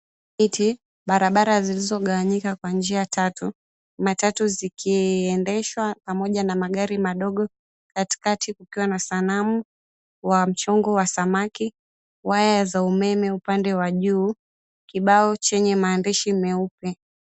Barabara zilizogawanyika kwa njia tatu, matatu zikiendeshwa pamoja na magari madogo, katikati kukiwa na sanamu wa mchongo wa samaki, waya za umeme upande wa juu, kibao chenye maandishi meupe.